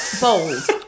bold